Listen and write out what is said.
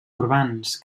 urbans